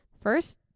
first